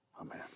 Amen